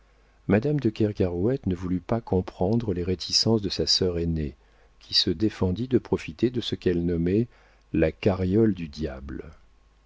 madame de kergarouët ne voulut pas comprendre les réticences de sa sœur aînée qui se défendit de profiter de ce qu'elle nommait la carriole du diable